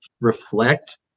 reflect